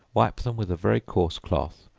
wipe them with a very coarse cloth,